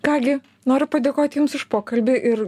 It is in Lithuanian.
ką gi noriu padėkoti jums už pokalbį ir